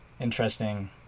interesting